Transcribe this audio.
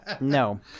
No